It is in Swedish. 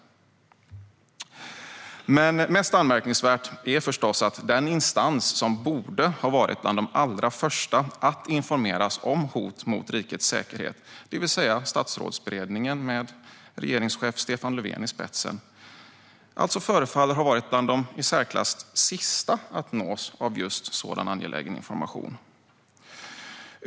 Men mest anmärkningsvärt är förstås att den instans som borde vara bland de allra första att informeras om hot mot rikets säkerhet, det vill säga Statsrådsberedningen med regeringschef Stefan Löfven i spetsen, förefaller ha varit bland de i särklass sista att nås av just sådan angelägen information.